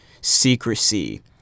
secrecy